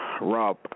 Rob